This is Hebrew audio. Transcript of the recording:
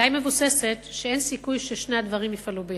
די מבוססת, שאין סיכוי ששני הדברים יפעלו יחד,